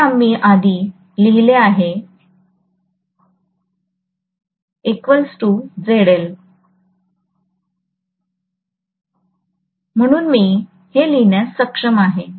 हे आम्ही आधी लिहिले आहे ZL म्हणून मी हे लिहिण्यास सक्षम आहे